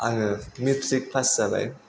आङो matric pass जाबाय